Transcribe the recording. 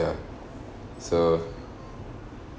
ya so